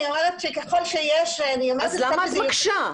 אני אומרת שככל שיש --- אז למה את מקשה?